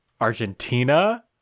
Argentina